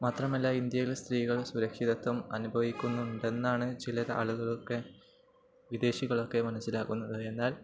മാത്രമല്ല ഇന്ത്യയിൽ സ്ത്രീകൾ സുരക്ഷിതത്വം അനുഭവിക്കുന്നുണ്ടെന്നാണു ചില ആളുകളൊക്കെ വിദേശികളൊക്കെ മനസ്സിലാക്കുന്നത് എന്നാൽ